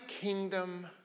kingdom